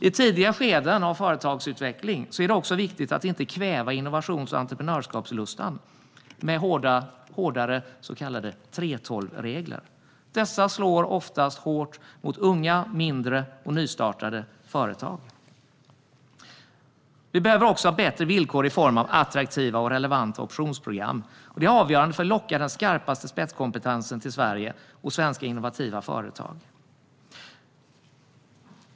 I tidiga skeden av företagsutveckling är det också viktigt att inte kväva innovations och entreprenörsskapslustan med hårdare så kallade 3:12regler. Dessa slår ofta hårt mot unga, mindre och nystartade företag. Vi behöver också ha bättre villkor i form av attraktiva och relevanta optionsprogram. Det är avgörande för att locka den skarpaste spetskompetensen till Sverige och svenska innovativa företag.